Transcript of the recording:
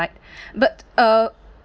but uh